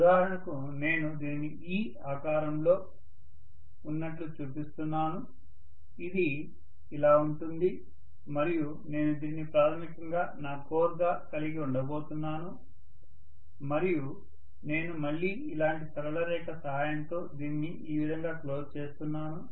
ఉదాహరణకు నేను దీనిని E ఆకారంలో ఉన్నట్లు చూపిస్తున్నాను ఇది ఇలా ఉంటుంది మరియు నేను దీనిని ప్రాథమికంగా నా కోర్ గా కలిగి ఉండబోతున్నాను మరియు నేను మళ్ళీ ఇలాంటి సరళ రేఖ సహాయంతో దీన్ని ఈవిధంగా క్లోజ్ చేస్తున్నాను